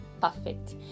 perfect